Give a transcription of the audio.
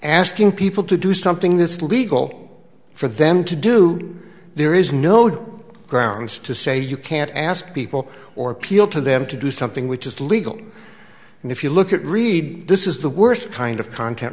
asking people to do something that's legal for them to do there is no doubt grounds to say you can't ask people or appeal to them to do something which is legal and if you look at read this is the worst kind of cont